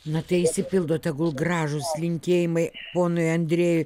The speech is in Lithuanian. na tai išsipildo tegul gražūs linkėjimai ponui andrejui